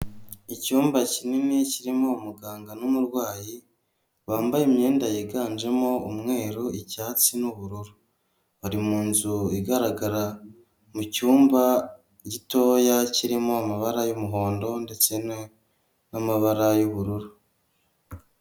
Icyumba kinini kirimo umuganga n'umurwayi wambaye imyenda yiganjemo umweru icyatsi n'ubururu, bari mu nzu igaragara mucyumba gitoya kirimo amabara y'umuhondo ndetse n'amabara y'ubururu.